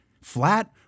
flat